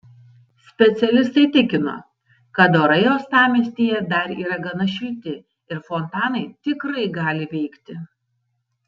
specialistai tikino kad orai uostamiestyje dar yra gana šilti ir fontanai tikrai gali veikti